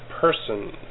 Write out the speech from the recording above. person